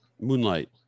Moonlight